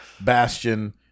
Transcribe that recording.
Bastion